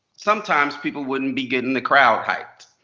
sometimes people wouldn't be getting the crowd hyped.